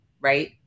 right